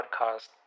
podcast